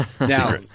Now